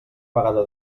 vegada